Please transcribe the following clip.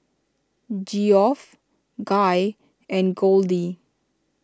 Geoff Guy and Goldie